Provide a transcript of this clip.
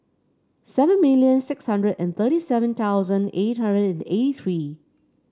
seven million six hundred and thirty seven thousand eight hundred and eighty three